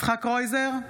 יצחק קרויזר,